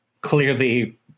clearly